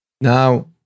Now